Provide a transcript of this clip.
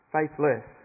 Faithless